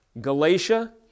Galatia